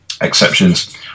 exceptions